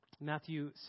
Matthew